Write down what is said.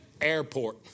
Airport